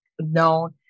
known